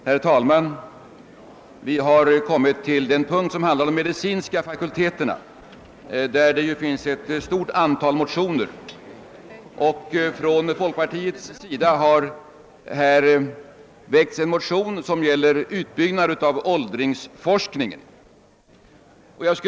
Herr talman! Under denna punkt i statsutskottets utlåtande, vilken handlar om de medicinska fakulteterna, behandlas ett stort antal motioner. Bl.a. har vi från folkpartiet väckt en motion om utbyggnad av åldringsforskningen.